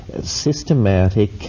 systematic